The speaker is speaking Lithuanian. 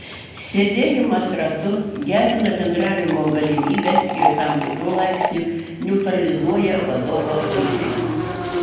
sėdėjimas ratu gerina bendravimo galimybes ir tam tikru laipsniu neutralizuoja vadovo vaidmenį